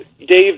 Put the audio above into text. Dave